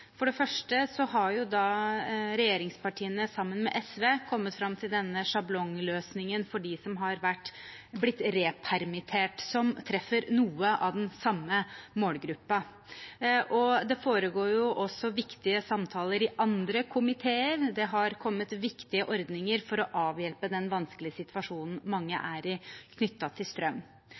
For det første har regjeringspartiene, sammen med SV, kommet fram til denne sjablongløsningen for dem som er blitt repermittert. Den treffer noe av den samme målgruppen. Det foregår også viktige samtaler i andre komiteer, og det har kommet viktige ordninger for å avhjelpe den vanskelige situasjonen mange er i når det gjelder strøm.